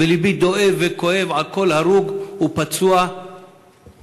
ולבי דואב וכואב על כל הרוג ופצוע בעזה.